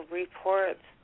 reports